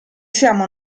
siamo